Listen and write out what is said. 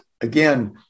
again